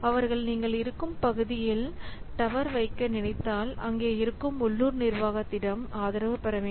அவர்கள் நீங்கள் இருக்கும் பகுதியில் டவர் வைக்க நினைத்தால் அங்கே இருக்கும் உள்ளூர் நிர்வாகத்திடம் ஆதரவு பெறவேண்டும்